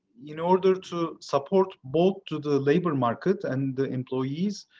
in order to support both to the labour market and the employees,